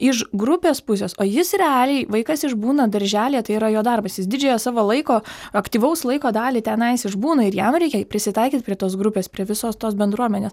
iš grupės pusės o jis realiai vaikas išbūna darželyje tai yra jo darbas jis didžiąją savo laiko aktyvaus laiko dalį tenais išbūna ir jam reikia prisitaikyt prie tos grupės prie visos tos bendruomenės